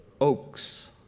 oaks